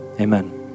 Amen